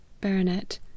baronet